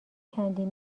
چندین